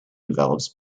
develops